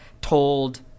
told